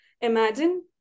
imagine